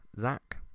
Zach